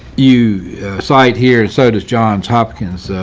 you side here. so does johns hopkins, so